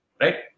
right